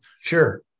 Sure